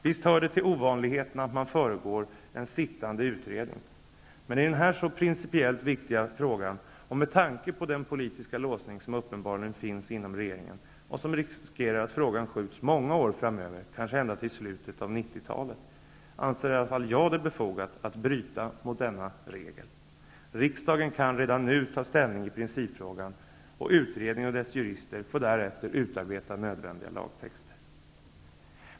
Visst hör det till ovanligheterna att man föregår en sittande utredning, men i den här så principiellt viktiga frågan och med tanke på den politiska låsning som uppenbarligen finns inom regeringen och som gör att frågan riskerar skjutas många år framåt i tiden, kanske ända till slutet av 90-talet, anser i alla fall jag det befogat att bryta mot denna regel. Riksdagen kan redan nu ta ställning i principfrågan, och utredningen och dess jurister får därefter utarbeta nödvändiga lagtexter.